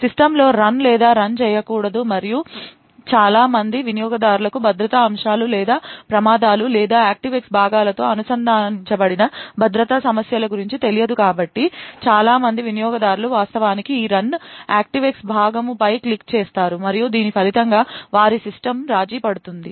సిస్టమ్లో రన్ లేదా రన్ చేయకూడదు మరియు చాలా మంది వినియోగదారులకు భద్రతా అంశాలు లేదా ప్రమాదాలు లేదా Active X భాగాలతో అనుసంధానించబడిన భద్రతా సమస్యల గురించి తెలియదు కాబట్టి చాలా మంది వినియోగదారులు వాస్తవానికి ఈ రన్ Active X భాగము పై క్లిక్ చేస్తారు మరియు దీని ఫలితంగా వారి సిస్టమ్ రాజీ పడుతుంది